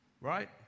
right